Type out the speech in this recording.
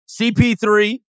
CP3